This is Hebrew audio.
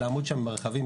לעמוד שם עם הרכבים,